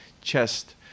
Chest